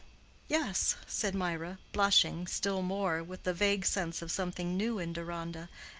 yes, said mirah, blushing still more, with the vague sense of something new in deronda,